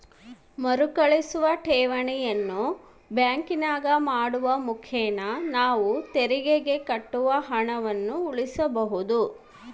ಮರುಕಳಿಸುವ ಠೇವಣಿಯನ್ನು ಬ್ಯಾಂಕಿನಾಗ ಮಾಡುವ ಮುಖೇನ ನಾವು ತೆರಿಗೆಗೆ ಕಟ್ಟುವ ಹಣವನ್ನು ಉಳಿಸಬಹುದು